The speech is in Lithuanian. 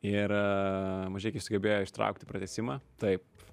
ir mažeikiai sugebėjo ištraukti pratęsimą taip